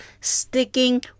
sticking